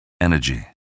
energy